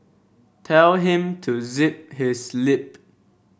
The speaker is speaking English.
tell him to zip his lip